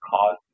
cause